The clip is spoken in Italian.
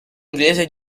inglese